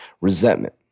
resentment